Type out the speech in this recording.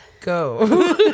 go